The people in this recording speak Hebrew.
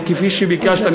וכפי שביקשת,